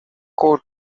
coat